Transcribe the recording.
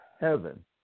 heaven